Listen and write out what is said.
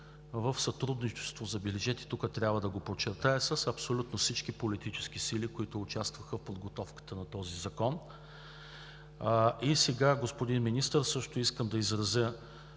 в сътрудничество, забележете, тук трябва да подчертая, с абсолютно всички политически сили, които участваха в подготовката на този Закон. Сега, господин Министър, искам да изразя